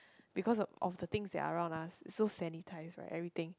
because of of the things that are around us is so sanitised right everything